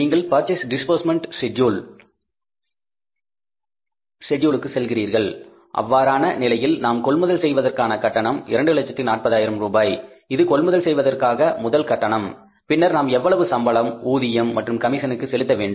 நீங்கள் purchase disbursement செட்யூலுக்கு செல்கிறீர்கள் அவ்வாறான நிலையில் நாம் கொள்முதல் செய்வதற்கான கட்டணம் 240000 ரூபாய் இது கொள்முதல் செய்வதற்கான முதல் கட்டணம் பின்னர் நாம் எவ்வளவு சம்பளம் ஊதியம் மற்றும் கமிஷனுக்கு செலுத்த வேண்டும்